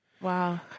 Wow